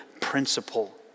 principle